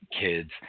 kids